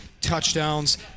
touchdowns